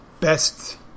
best